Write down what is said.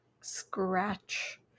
scratch